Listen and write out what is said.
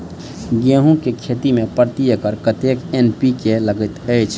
गेंहूँ केँ खेती मे प्रति एकड़ कतेक एन.पी.के लागैत अछि?